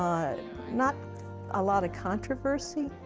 not a lot of controversy